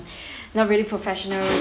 not really professional